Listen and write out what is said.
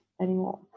anymore